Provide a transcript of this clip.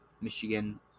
Michigan